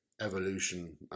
evolution